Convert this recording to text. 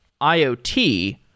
IoT